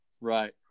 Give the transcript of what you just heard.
Right